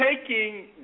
taking